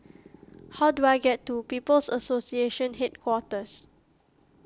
how do I get to People's Association Headquarters